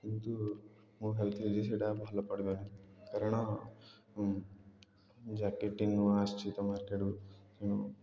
କିନ୍ତୁ ମୁଁ ଭାବିଥିଲି ଯେ ସେଇଟା ଭଲ ପଡ଼ିବ ନାହିଁ କାରଣ ଜ୍ୟାକେଟ୍ଟି ନୂଆ ଆସିଛି ତ ମାର୍କେଟ୍କୁ